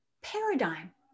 paradigm